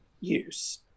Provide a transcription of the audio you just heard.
use